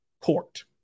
court